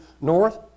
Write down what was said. north